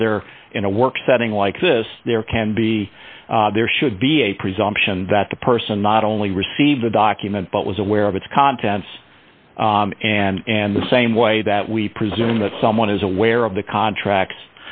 whether in a work setting like this there can be there should be a presumption that the person not only received the document but was aware of its contents and and the same way that we presume that someone is aware of the contract